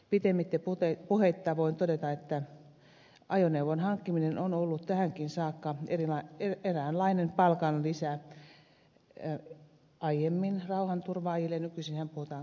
pitemmittä puheitta voin todeta että ajoneuvon hankkiminen on ollut tähänkin saakka eräänlainen palkanlisä rauhanturvaajille aiemmin rauhanturvaajille nykyisinhän puhutaan kriisinhallinnasta